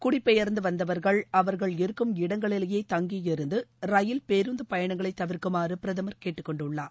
குடிபெயர்ந்து வந்தவர்கள் அவர்கள் இருக்கும் இடங்களிலேயே தங்கியிருந்து ரயில் பேருந்து பயணங்களை தவிர்க்குமாறு பிரதமர் கேட்டுக்கொண்டுள்ளார்